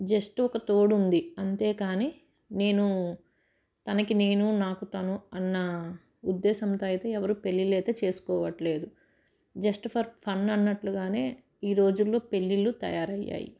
just ఒక తోడు ఉంది అంతేకానీ నేను తనకి నేను నాకు తను అన్న ఉద్దేశంతో అయితే ఎవరు పెళ్ళిలు అయితే చేసుకోవట్లేదు జస్ట్ ఫర్ ఫన్ అన్నట్లుగానే ఈ రోజులలో పెళ్ళిళ్ళు తయార అయ్యాయి